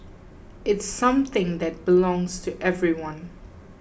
it's something that belongs to everyone